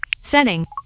setting